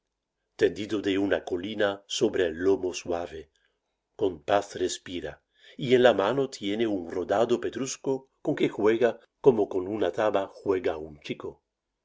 tendido de una colina sobre el lomo suave con paz respira y en la mano tiene un rodado pedrusco con que juega como con una taba juega un chico